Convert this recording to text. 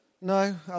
No